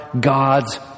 God's